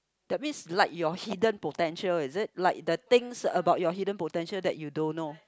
that means like your hidden potential is it like the things about your hidden potential that you don't know